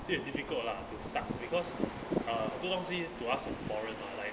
see 很 difficult lah to start because err 很多东西 to us 很 foreign